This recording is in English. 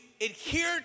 adhere